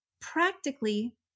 practically